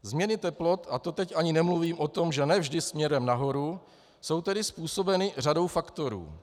Změny teplot, a to teď ani nemluvím o tom, že ne vždy směrem nahoru, jsou tedy způsobeny řadou faktorů.